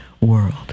world